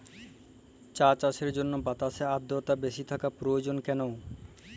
চা চাষের জন্য বাতাসে আর্দ্রতা বেশি থাকা প্রয়োজন কেন?